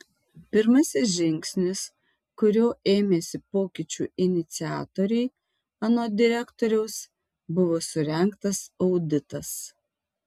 pirmasis žingsnis kurio ėmėsi pokyčių iniciatoriai anot direktoriaus buvo surengtas auditas